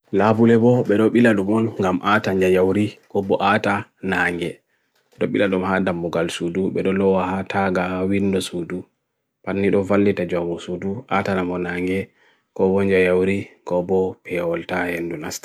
Labu lebo bero bero bila dumon gam aata njayaori ko bo aata nnange. Bero bila dumhaadam mokal sudu bero loa aata gaawinu sudu. Pan nido valite jamu sudu aata nnamon nnange ko bo njayaori ko bo peyawolta endunast.